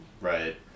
Right